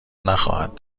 نخواهد